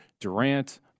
Durant